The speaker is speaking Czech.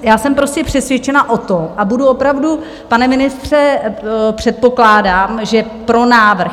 Já jsem prostě přesvědčena o tom a budu opravdu, pane ministře, předpokládám, že pro návrh.